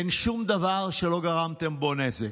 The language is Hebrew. אין שום דבר שלא גרמתם בו נזק.